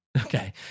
Okay